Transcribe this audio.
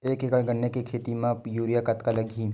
एक एकड़ गन्ने के खेती म यूरिया कतका लगही?